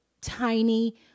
tiny